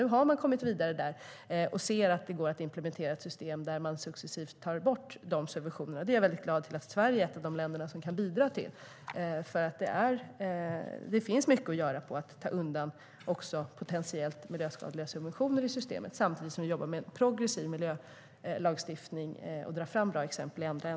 Nu har Indonesien kommit vidare och inser att det går att implementera ett system där man successivt tar bort subventionerna.